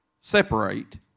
separate